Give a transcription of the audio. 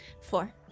four